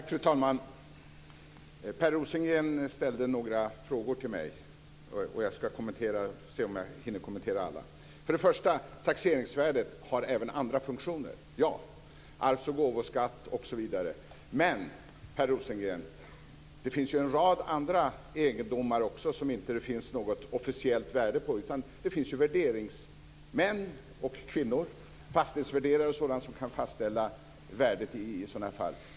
Fru talman! Per Rosengren ställde några frågor till mig. Vi får se om jag hinner kommentera alla. För det första är det rätt att taxeringsvärdet även har andra funktioner, t.ex. vid arvs och gåvoskatt osv. Men det finns en rad andra egendomar som det inte finns något officiellt värde på, Per Rosengren. Det finns värderingsmän och värderingskvinnor, fastighetsvärderare och andra, som kan fastställa värdet i sådana fall.